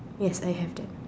yes I have that